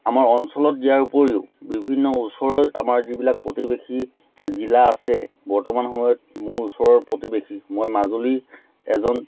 আমাৰ অঞ্চলত দিয়াৰ উপৰিও বিভিন্ন ওচৰৰ আমাৰ যিবিলাক প্ৰতিবেশী জিলা আছে বৰ্তমান সময়ত মোৰ ওচৰৰ প্ৰতিবেশী মই মাজুলীৰ এজন